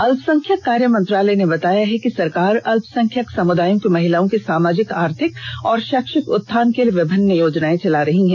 अल्पसंख्यक कार्य मंत्रालय ने बताया है कि सरकार अल्पसंख्यक समुदायों की महिलाओं को सामाजिक आर्थिक और शैक्षिक उत्थान के लिए विभिन्न योजनायें चला रही है